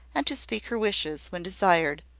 and to speak her wishes, when desired,